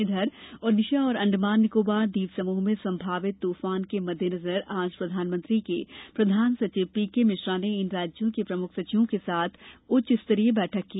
इधर ओडिशा और अंडमान निकोबार ट्वीपसमूह में संभावित तूफान के मद्दें नजर आज प्रधानमंत्री के प्रधानसचिव पीके मिश्रा ने इन राज्यों के मुख्य सचिवों के साथ उच्च स्तरीय बैठक की